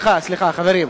שמית.